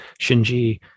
Shinji